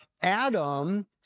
Adam